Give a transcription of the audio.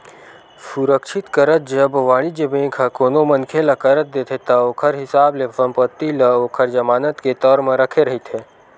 सुरक्छित करज, जब वाणिज्य बेंक ह कोनो मनखे ल करज देथे ता ओखर हिसाब ले संपत्ति ल ओखर जमानत के तौर म रखे रहिथे